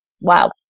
wow